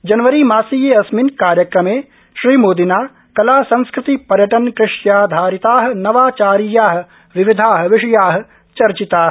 January मासीयेऽस्मिन् कार्यक्रमे श्रीमोदिना कला संस्कृति पर्यटन कृष्याधारिता नवाचारीया विविधा विषया चर्चिता